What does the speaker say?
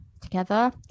together